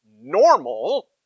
normal